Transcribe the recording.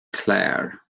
clare